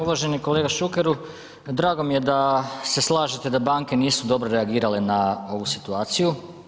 Uvaženi kolega Šukeru, drago mi je da se slažete da banke nisu dobro reagirale na ovu situaciju.